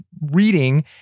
reading